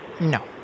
No